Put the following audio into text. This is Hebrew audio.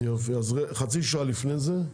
חצי שעה לפני זה,